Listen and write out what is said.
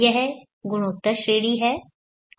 यह गुणोत्तर श्रेढ़ी है